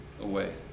away